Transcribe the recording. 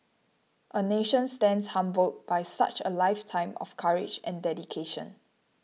a nation stands humbled by such a lifetime of courage and dedication